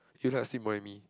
you just see more and me